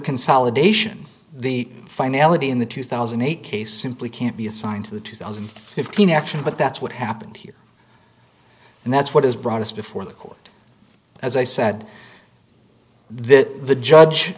consolidation the finality in the two thousand and eight case simply can't be assigned to the two thousand and fifteen action but that's what happened here and that's what has brought us before the court as i said then the judge